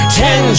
ten